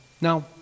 Now